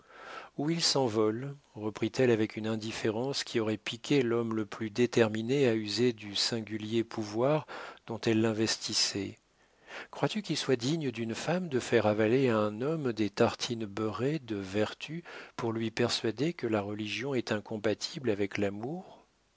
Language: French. ou ils s'envolent reprit-elle avec une indifférence qui aurait piqué l'homme le plus déterminé à user du singulier pouvoir dont elle l'investissait crois-tu qu'il soit digne d'une femme de faire avaler à un homme des tartines beurrées de vertu pour lui persuader que la religion est incompatible avec l'amour